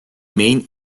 main